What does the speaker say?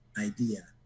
idea